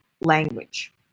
language